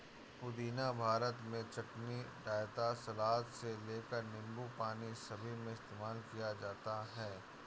पुदीना भारत में चटनी, रायता, सलाद से लेकर नींबू पानी सभी में इस्तेमाल किया जाता है